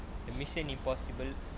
the mission impossible